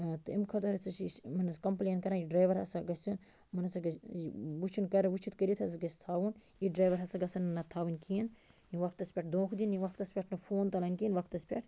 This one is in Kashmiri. تہٕ اَمہِ خٲطرٕ ہَسا چھُ یہِ یُس یِمن ہٕنٛز کمپٕلین کَران یہِ ڈرایور ہَسا گَژھِ یُن یِمن ہَسا گَژھِ وٕچھُن کر وٕچھِتھ کٔرِتھ گَژھِ حظ گَژھِ تھاوُن یِتھ ڈرایور ہسا گَژھن نہٕ نَتہٕ تھاوٕنۍ کِہیٖنۍ یِم وقتس پٮ۪ٹھ دۄکھٕ دینۍ یِم وقتس پٮ۪تھ نہٕ فون تُلن نہٕ کِہیٖنۍ یہِ وقتس پٮ۪ٹھ